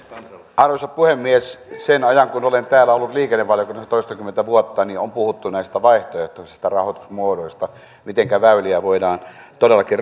arvoisa puhemies sen ajan kun olen täällä ollut liikennevaliokunnassa toistakymmentä vuotta on puhuttu näistä vaihtoehtoisista rahoitusmuodoista mitenkä väyliä voidaan todellakin